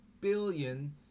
billion